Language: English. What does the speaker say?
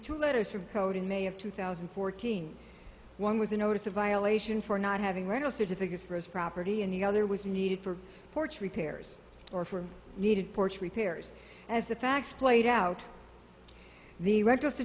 two letters from code in may of two thousand and fourteen one was a notice of violation for not having rental certificates for his property and the other was needed for porch repairs or for needed porch repairs as the facts played out the re